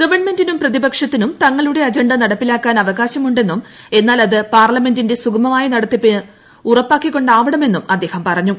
ഗവൺമെന്റിനും പ്രതിപക്ഷത്തിനും തങ്ങളുടെ അജണ്ട നടപ്പിലാക്കാൻ അവകാശമുണ്ടെന്നും അത് എന്നാൽ പാർലമെന്റിന്റെ സുഗമായ നടത്തിപ്പ് ഉറപ്പാക്കിക്കൊണ്ടാവണമെന്നും അദ്ദേഹം പറഞ്ഞു